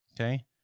Okay